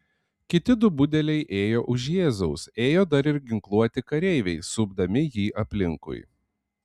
kiti du budeliai ėjo už jėzaus ėjo dar ir ginkluoti kareiviai supdami jį aplinkui